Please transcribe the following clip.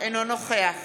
אינו נוכח